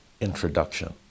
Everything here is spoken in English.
introduction